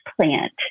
plant